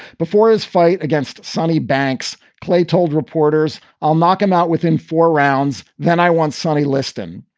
before his fight against sonny banks. clay told reporters, i'll knock him out within four rounds. then i want sonny liston.